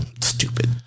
Stupid